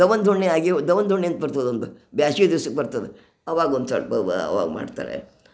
ದವಂದ ಹುಣ್ಣಿಮೆ ಆಗಿ ದವಂದ ಹುಣ್ಣಿಮಂತ ಬರ್ತದೊಂದು ಬ್ಯಾಶಿಗೆ ದಿವ್ಸಕ್ಕೆ ಬರ್ತದ ಅವಾಗೊಂದು ಅವಾಗ ಮಾಡ್ತಾರೆ